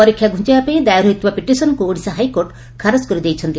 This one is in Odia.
ପରୀକ୍ଷା ଘୁଞ୍ଚାଇବା ପାର୍ଇ ଦାୟର ହୋଇଥିବା ପିଟିସନକୁ ଓଡ଼ିଶା ହାଇକୋର୍ଟ ଖାରଜ କରି ଦେଇଛନ୍ତି